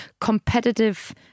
competitive